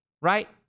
right